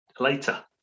later